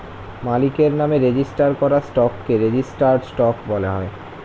মালিকের নামে রেজিস্টার করা স্টককে রেজিস্টার্ড স্টক বলা হয়